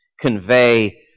convey